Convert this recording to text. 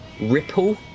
ripple